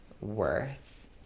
worth